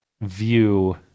view